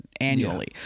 annually